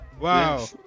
Wow